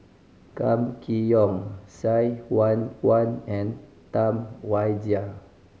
Kam Kee Yong Sai Hua Kuan and Tam Wai Jia